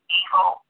evil